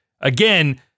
again